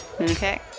Okay